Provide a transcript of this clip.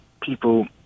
people